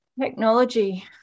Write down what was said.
Technology